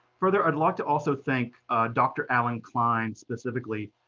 further, i'd love to also thank doctor alan klein, specifically,